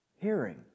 Hearing